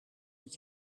het